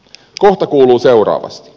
kohta kuuluu seuraavasti